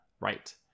right